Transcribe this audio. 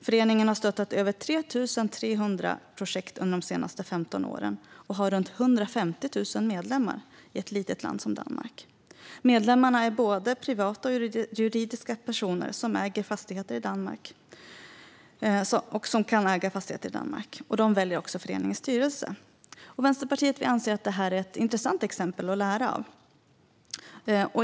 Föreningen har stöttat över 3 300 projekt under de senaste 15 åren och har runt 150 000 medlemmar, i ett litet land som Danmark. Medlemmarna är både privata och juridiska personer som kan äga fastigheter i Danmark, och de väljer också föreningens styrelse. Vänsterpartiet anser att detta är ett intressant exempel att lära av.